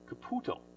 caputo